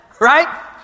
right